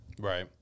Right